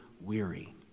weary